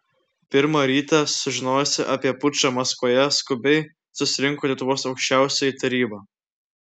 pirmą rytą sužinojusi apie pučą maskvoje skubiai susirinko lietuvos aukščiausioji taryba